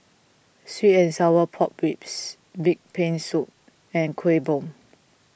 Sweet and Sour Pork Ribs Pig's Brain Soup and Kuih Bom